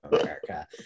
America